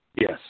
Yes